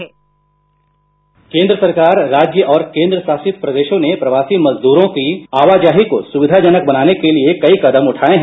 sound bite केंद्र सरकार राज्य और केंद्र शासित प्रदेशों ने प्रवासी मजदूरों की आवाजाही को सुविधाजनक बनाने के लिए कई कदम उठाए हैं